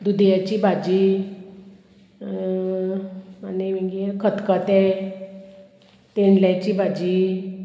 दुदयेची भाजी आनी कितें खतखते तेंडल्याची भाजी